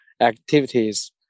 activities